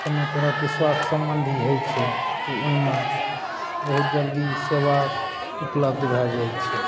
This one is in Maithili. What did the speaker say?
कोनो तरहकेँ स्वास्थ्य संबन्धी होइत छै तऽ ओहिमे बहुत जल्दी सेवा उपलब्ध भए जाइत छै